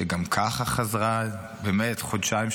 שגם ככה חזרה באמת חודשיים,